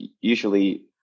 usually